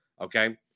Okay